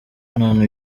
none